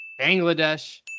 Bangladesh